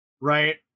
right